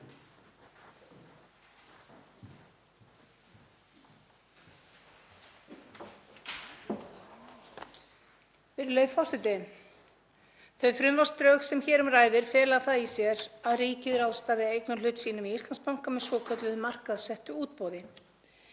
Þau frumvarpsdrög sem hér um ræðir fela það í sér að ríkið ráðstafi eignarhlut sínum í Íslandsbanka með svokölluðu markaðssettu útboði.